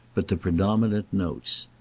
but the predominant notes.